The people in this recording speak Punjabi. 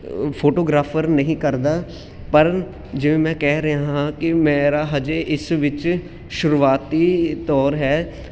ਫੋਟੋਗ੍ਰਾਫਰ ਨਹੀਂ ਕਰਦਾ ਪਰ ਜਿਵੇਂ ਮੈਂ ਕਹਿ ਰਿਹਾ ਹਾਂ ਕਿ ਮੇਰਾ ਹਜੇ ਇਸ ਵਿੱਚ ਸ਼ੁਰੂਆਤੀ ਦੌਰ ਹੈ